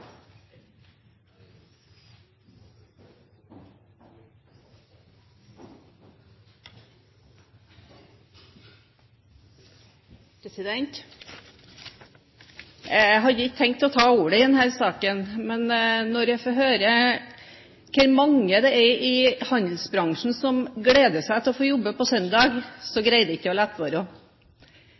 det. Jeg hadde ikke tenkt å ta ordet i denne saken, men når jeg får høre hvor mange det er i handelsbransjen som gleder seg til å få jobbe på søndag, greide jeg ikke å